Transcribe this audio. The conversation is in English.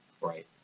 right